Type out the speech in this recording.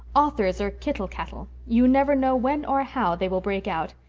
authors are kittle cattle. you never know when or how they will break out.